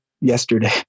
yesterday